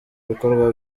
bikorwa